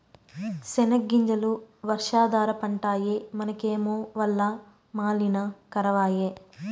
సెనగ్గింజలు వర్షాధార పంటాయె మనకేమో వల్ల మాలిన కరవాయె